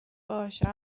باشه